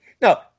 Now